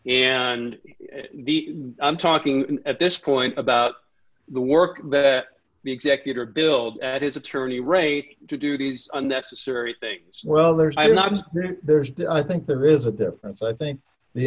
and i'm talking at this point about the work that the executor billed at his attorney right to duties unnecessary things well there's i'm not there's i think there is a difference i think the